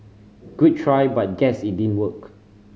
good try but guess it didn't work